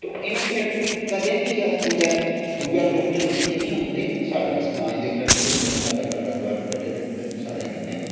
ते इ'नें करैक्टरें गी कदें अस कुतै दूए लोक चा तुप्पियै नीं आह्नदे साढै गै समाज दे करैक्टर होंदे न साढ़ै गै आलै दुआलै घटै दे होंदे न साढ़े कन्नै गै